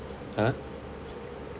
!huh!